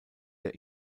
der